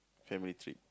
family trip